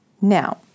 Now